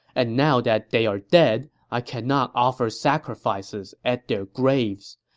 and now that they are dead, i cannot offer sacrifices at their graves.